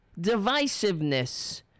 divisiveness